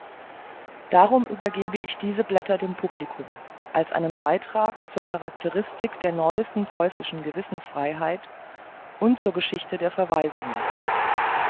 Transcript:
darum übergebe ich diese blätter dem publikum als einen beitrag zur charakteristik der neuesten preußischen gewissensfreiheit und zur geschichte der verweisungen